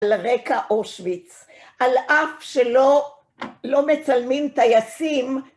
על רקע אושוויץ, על אף שלא מצלמים טייסים.